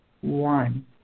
one